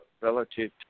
relative